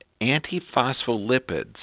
anti-phospholipids